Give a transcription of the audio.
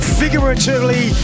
figuratively